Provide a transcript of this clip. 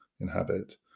inhabit